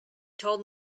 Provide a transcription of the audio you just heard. told